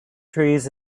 trees